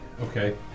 okay